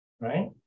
right